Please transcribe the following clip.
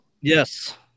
Yes